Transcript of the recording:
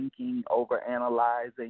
overanalyzing